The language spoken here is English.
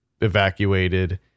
evacuated